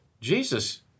Jesus